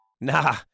Nah